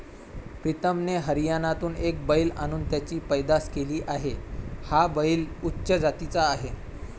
प्रीतमने हरियाणातून एक बैल आणून त्याची पैदास केली आहे, हा बैल उच्च जातीचा आहे